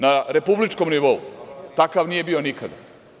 Na republičkom nivou, takav nije bio nikada.